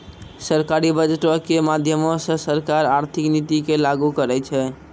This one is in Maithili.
सरकारी बजटो के माध्यमो से सरकार आर्थिक नीति के लागू करै छै